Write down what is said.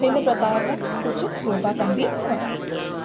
हिन प्रकार जा कुझु योगा कंदी आहियां